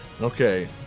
Okay